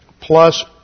plus